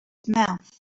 mouth